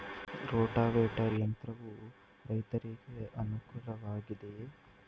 Rotavator ಯಂತ್ರವು ರೈತರಿಗೆ ಅನುಕೂಲ ವಾಗಿದೆಯೇ?